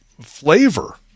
flavor